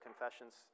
Confessions